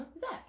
Zach